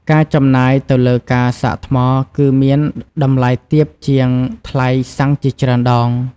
ការចំណាយទៅលើការសាកថ្មគឺមានតម្លៃទាបជាងថ្លៃសាំងជាច្រើនដង។